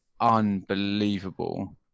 unbelievable